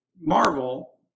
Marvel